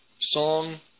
song